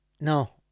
No